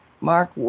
Mark